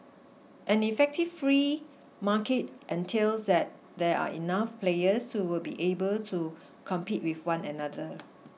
an effective free market entails that there are enough players who will be able to compete with one another